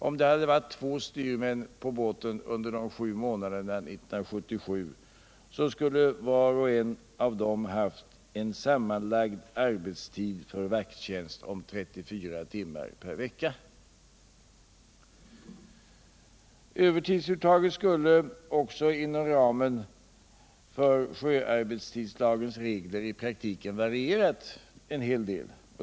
Om det hade funnits två styrmän på båten under de sju månaderna 1977 skulle alltså var och en av dem ha haft en sammanlagd arbetstid med vakttjänst om 34 timmar per vecka. Övertidsuttaget skulle också inom ramen för sjöarbetstidslagen i praktiken ha varierat en heldel.